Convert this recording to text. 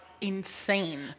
insane